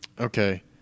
okay